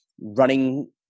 running